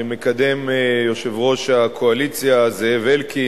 שמקדם יושב-ראש הקואליציה זאב אלקין,